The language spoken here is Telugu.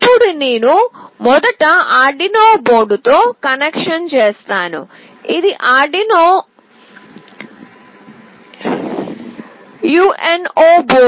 ఇప్పుడు నేను మొదట ఆర్డ్ యునో బోర్డుతో కనెక్షన్ చేస్తాను ఇది ఆర్డ్ యునో యుఎన్ఓ బోర్డు